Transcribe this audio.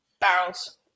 Barrels